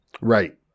Right